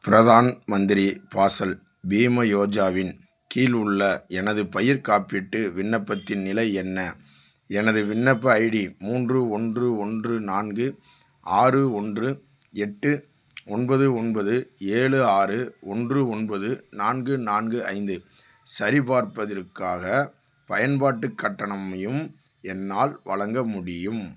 பிரதான் மந்திரி ஃபசல் பீமா யோஜாவின் கீழ் உள்ள எனது பயிர்க் காப்பீட்டு விண்ணப்பத்தின் நிலை என்ன எனது விண்ணப்ப ஐடி மூன்று ஒன்று ஒன்று நான்கு ஆறு ஒன்று எட்டு ஒன்பது ஒன்பது ஏழு ஆறு ஒன்று ஒன்பது நான்கு நான்கு ஐந்து சரிபார்ப்பதிற்காக பயன்பாட்டு கட்டணமையும் என்னால் வழங்க முடியும்